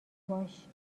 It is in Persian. باش